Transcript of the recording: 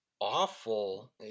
awful